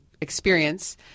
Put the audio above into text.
experience –